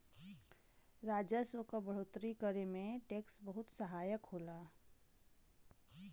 राजस्व क बढ़ोतरी करे में टैक्स बहुत सहायक होला